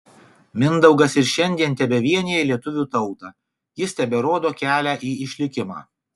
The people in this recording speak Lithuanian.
mindaugas ir šiandien tebevienija lietuvių tautą jis teberodo kelią į išlikimą